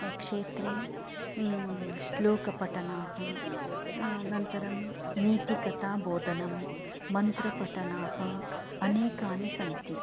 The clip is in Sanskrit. क्षेत्रे श्लोकपठनाः अनन्तरं नीतिकथाबोधनं मन्त्रपठनाः अनेकानि सन्ति